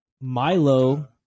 Milo